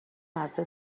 مزه